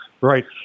Right